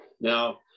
Now